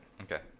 Okay